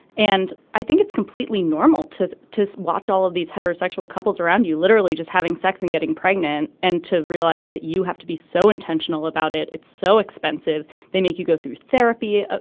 and i think it's completely normal to to watch all of these heterosexual couples around you literally just having sex and getting pregnant and to realize that you have to be so intentional about it. it's so expensive they make you go through therapy. ah